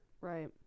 Right